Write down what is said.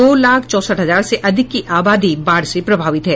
दो लाख चौसठ हजार से अधिक की आबादी बाढ़ से प्रभावित है